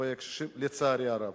כלפי הקשישים, לצערי הרב.